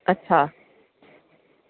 अच्छा